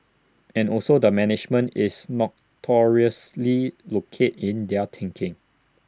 and also the management is notoriously locate in their thinking